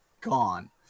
gone